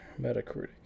Metacritic